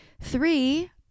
Three